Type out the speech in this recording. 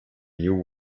new